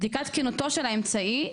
בדיקת תקינותו של האמצעי,